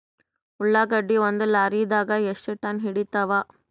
ಉಳ್ಳಾಗಡ್ಡಿ ಒಂದ ಲಾರಿದಾಗ ಎಷ್ಟ ಟನ್ ಹಿಡಿತ್ತಾವ?